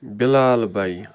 Bilal بَیہِ